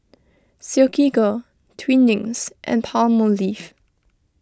Silkygirl Twinings and Palmolive